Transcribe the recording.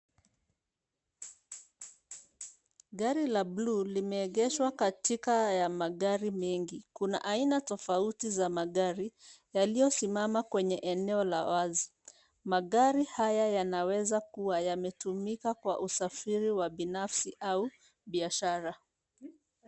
Gari la buluu limeegeshwa katika haya magari mengi. Kuna aina tofauti za magari yaliyosimama kwenye eneo la wazi. Magari haya yanaweza kuwa yametumika kwa usafiri wa binafsi au biashara.